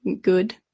good